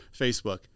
facebook